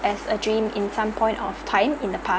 as a dream in some point of time in the